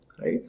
right